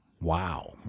Wow